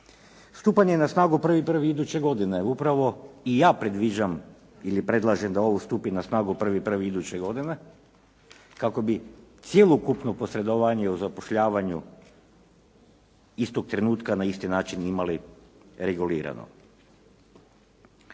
Stupanje na snagu 1.1. iduće godine upravo i ja predviđam ili predlažem da ovo stupi na snagu 1.1. iduće godine kako bi cjelokupno posredovanje u zapošljavanju istog trenutka na isti način imali regulirano.